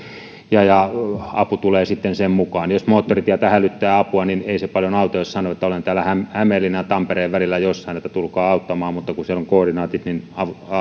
ja ja apu tulee sitten sen mukaan jos moottoritieltä hälyttää apua niin ei se paljon auta jos sanoo että olen täällä hämeenlinnan ja tampereen välillä jossain että tulkaa auttamaan mutta kun siellä on koordinaatit niin